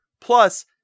Plus